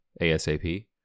ASAP